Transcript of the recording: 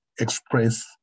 express